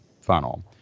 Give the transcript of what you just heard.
funnel